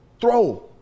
throw